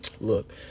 look